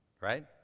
right